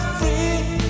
free